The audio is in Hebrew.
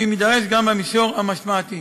ואם יידרש, גם במישור המשמעתי.